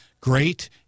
great